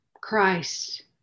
Christ